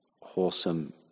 wholesome